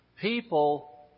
people